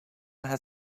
had